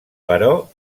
però